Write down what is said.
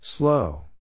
Slow